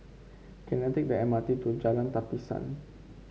can I take the M R T to Jalan Tapisan